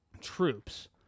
troops